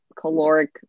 caloric